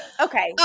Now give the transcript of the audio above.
okay